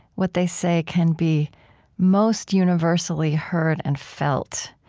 what they say can be most universally heard and felt.